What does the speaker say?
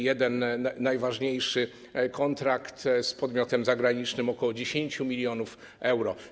Jeden najważniejszy kontrakt z podmiotem zagranicznym - ok. 10 mln euro.